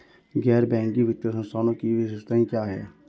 गैर बैंकिंग वित्तीय संस्थानों की विशेषताएं क्या हैं?